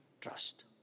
trust